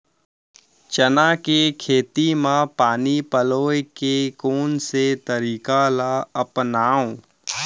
चना के खेती म पानी पलोय के कोन से तरीका ला अपनावव?